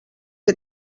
que